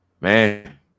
man